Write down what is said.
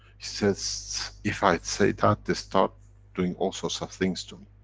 says, if i say that, they start doing all sorts of things to